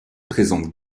présente